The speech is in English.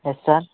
yes sir